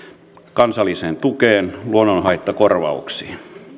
kansalliseen tukeen ja luonnonhaittakorvauksiin